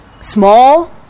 small